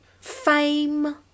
fame